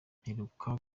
mperuka